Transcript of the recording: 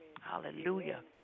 Hallelujah